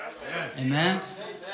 amen